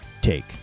take